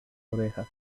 orejas